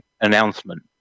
announcement